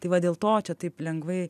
tai va dėl to čia taip lengvai